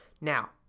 Now